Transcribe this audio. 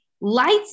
lights